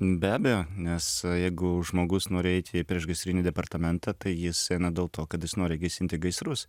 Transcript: be abejo nes jeigu žmogus nori eiti į priešgaisrinį departamentą tai jis eina dėl to kad jis nori gesinti gaisrus